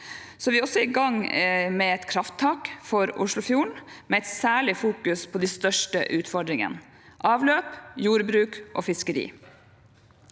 Vi er i gang med et krafttak for Oslofjorden, med et særlig fokus på de største utfordringene: avløp, jordbruk og fiskeri.